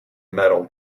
metal